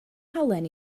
halen